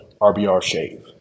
rbrshave